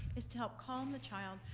is to help calm the child,